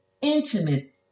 intimate